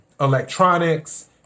electronics